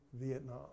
Vietnam